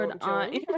on